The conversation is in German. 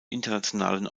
internationalen